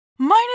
Minus